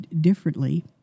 differently